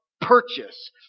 purchase